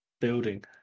building